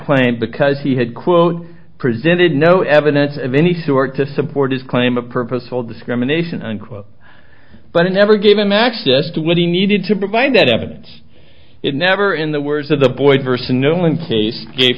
claim because he had quote presented no evidence of any sort to support his claim a purposeful discrimination unquote but it never gave him access to what he needed to provide that evidence it never in the words of the boy versa no one case gave